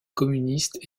communistes